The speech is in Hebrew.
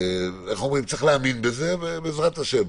צריך להאמין בזה, בעזרת השם.